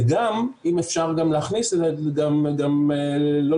וגם לא לשכוח,